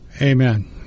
Amen